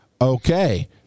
Okay